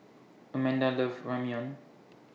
Amanda loves Ramyeon